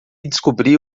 descobrir